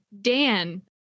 Dan